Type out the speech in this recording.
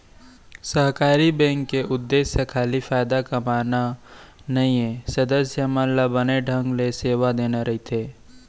सहकारी बेंक के उद्देश्य खाली फायदा कमाना नइये, सदस्य मन ल बने ढंग ले सेवा देना रइथे